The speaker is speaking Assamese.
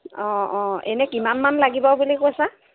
অঁ অঁ এনেই কিমানমান লাগিব বুলি কৈছা